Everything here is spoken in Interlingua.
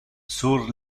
sur